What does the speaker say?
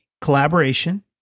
Collaboration